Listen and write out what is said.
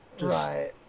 Right